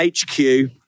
HQ